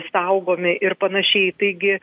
saugomi ir panašiai taigi